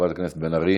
חברת הכנסת בן ארי?